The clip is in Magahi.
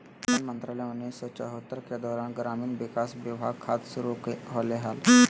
सन मंत्रालय उन्नीस सौ चैह्त्तर के दौरान ग्रामीण विकास विभाग खाद्य शुरू होलैय हइ